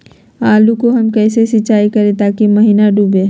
आलू को हम कैसे सिंचाई करे ताकी महिना डूबे?